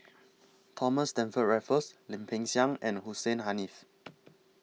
Thomas Stamford Raffles Lim Peng Siang and Hussein Haniff